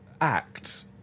acts